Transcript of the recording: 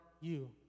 you